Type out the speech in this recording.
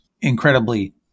incredibly